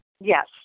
Yes